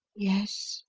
yes,